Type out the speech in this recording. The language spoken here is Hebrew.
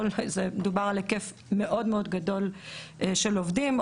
מדובר על היקף מאוד-מאוד גדול של עובדים.